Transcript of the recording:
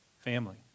family